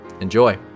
Enjoy